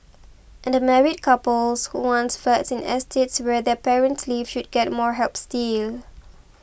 and married couples who want flats in estates where their parents live should get more help still